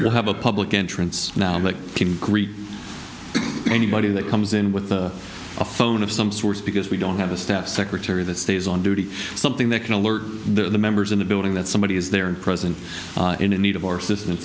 you have a public entrance now unlike anybody that comes in with a phone of some sorts because we don't have a staff secretary that stays on duty something that can alert the members in the building that somebody is there and present in a need of our system